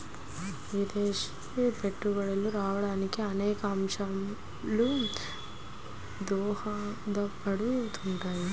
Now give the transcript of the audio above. విదేశీ పెట్టుబడులు రావడానికి అనేక అంశాలు దోహదపడుతుంటాయి